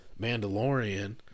Mandalorian